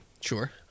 Sure